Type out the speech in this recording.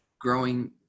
Growing